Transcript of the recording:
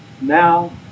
now